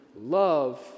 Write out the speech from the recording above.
love